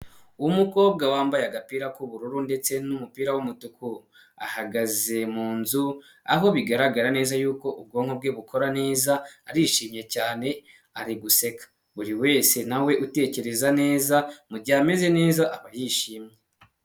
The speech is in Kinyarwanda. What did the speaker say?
Umukobwa wambaye agapira k'ubururu ndetse n'umupira w'umutuku, ahagaze mu nzu aho bigaragara neza y’uko ubwonko bwe bukora neza. Arishimye cyane, ari guseka, buri wese nawe utekereza neza mu gihe ameze neza aba yishimye.